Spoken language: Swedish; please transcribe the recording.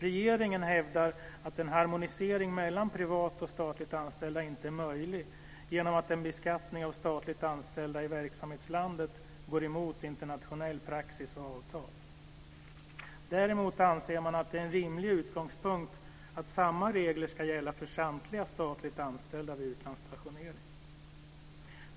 Regeringen hävdar att en harmonisering mellan privat och statligt anställda inte är möjlig eftersom en beskattning av statligt anställda i verksamhetslandet går emot internationell praxis och internationella avtal. Däremot anser man att det är en rimlig utgångspunkt att samma regler ska gälla för samtliga statligt anställda vid utlandsstationering.